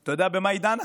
אתה יודע במה היא דנה?